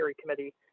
committee